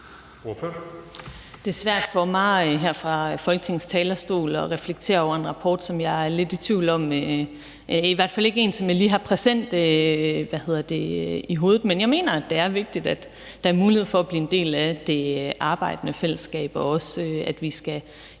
Det er svært for mig her fra Folketingets talerstol at reflektere over en rapport, som jeg er lidt i tvivl om. Det er i hvert fald ikke en, som jeg lige har præsent i hovedet. Men jeg mener, det er vigtigt, at der er mulighed for at blive en del af det arbejdende fællesskab, og også, at vi skal